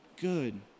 good